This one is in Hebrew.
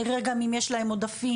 נראה גם אם יש להם עודפים.